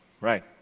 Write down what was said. Right